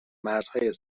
مرزهای